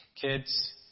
kids